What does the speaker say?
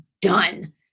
done